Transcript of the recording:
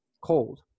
cold